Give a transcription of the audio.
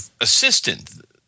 assistant